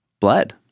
blood